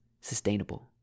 sustainable